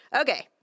Okay